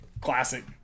Classic